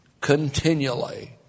continually